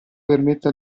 permette